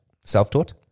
Self-taught